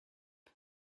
but